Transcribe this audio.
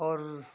और